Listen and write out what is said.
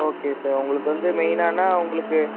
okay sir உங்களுக்கு வந்து மெயினானா உங்களுக்கு